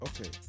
Okay